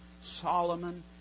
Solomon